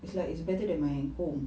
it's like it's better than my home